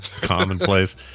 commonplace